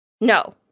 No